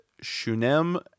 Shunem